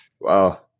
Wow